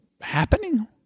happening